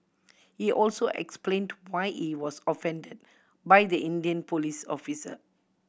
he also explained why he was offended by the Indian police officer